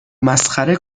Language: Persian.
مسخره